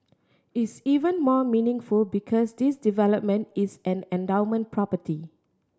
is even more meaningful because this development is an endowment property